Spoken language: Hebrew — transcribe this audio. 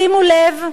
שימו לב,